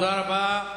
תודה רבה.